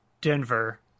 Denver